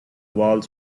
walls